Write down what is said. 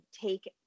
take